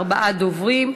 ארבעה דוברים.